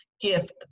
gift